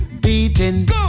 Beating